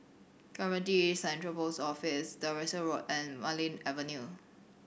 Clementi Central Post Office Devonshire Road and Marlene Avenue